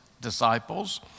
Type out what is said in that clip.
disciples